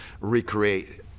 recreate